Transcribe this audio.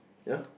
ya